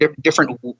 different